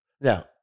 Now